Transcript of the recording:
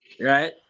Right